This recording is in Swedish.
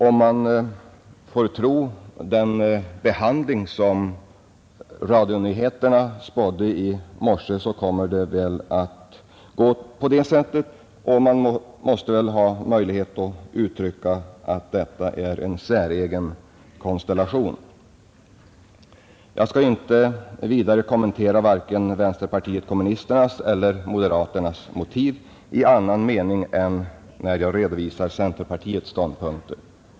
Om man får tro vad radionyheterna spådde i morse om moderaternas uppträdande kommer det väl att gå på det sättet, och då måste man verkligen säga att det är en säregen konstellation. Jag skall inte vidare kommentera vare sig vänsterpartiet kommunisternas eller moderaternas motiv annat än genom redovisning av centerpartiets ståndpunkter.